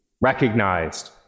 recognized